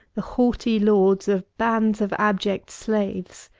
the haughty lords of bands of abject slaves.